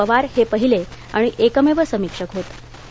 पवार हे पहिले आणि एकमेव समीक्षक होतं